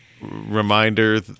reminder